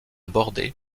bordée